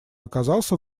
оказался